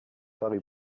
paris